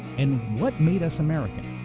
and what made us american,